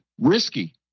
risky